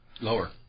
Lower